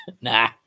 Nah